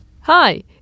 Hi